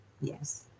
yes